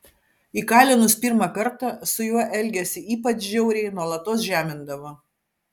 įkalinus pirmą kartą su juo elgėsi ypač žiauriai nuolatos žemindavo